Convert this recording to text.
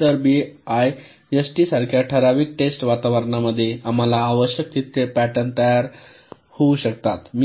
तर बीआयएसटी सारख्या ठराविक टेस्ट वातावरणामध्ये आम्हाला आवश्यक तितके पॅटर्न तयार होऊ शकतात